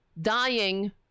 dying